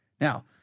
Now